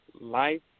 life